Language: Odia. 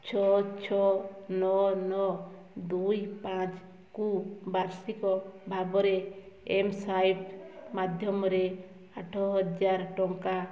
ଛଅ ଛଅ ନଅ ନଅ ଦୁଇ ପାଞ୍ଚକୁ ବାର୍ଷିକ ଭାବରେ ଏମ୍ ସ୍ୱାଇପ୍ ମାଧ୍ୟମରେ ଆଠହାଜର ଟଙ୍କା